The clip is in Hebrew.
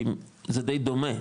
כי זה די דומה,